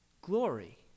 glory